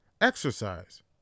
Exercise